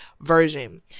version